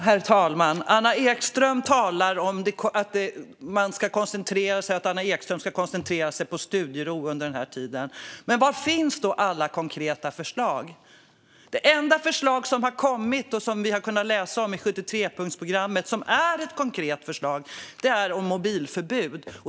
Herr talman! Anna Ekström säger att hon ska koncentrera sig på studiero under denna tid. Men var finns alla konkreta förslag? Det enda konkreta förslag som har kommit och som vi har kunnat läsa om i 73-punktsprogrammet är förslaget om mobilförbud.